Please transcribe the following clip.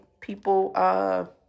people